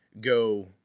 go